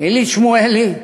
עלית שמואלי,